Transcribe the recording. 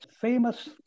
Famous